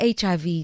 HIV